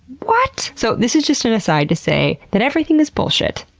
what? so, this is just an aside to say that everything is bullshit,